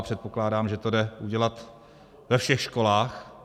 Předpokládám, že to jde udělat ve všech školách.